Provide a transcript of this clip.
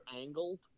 angled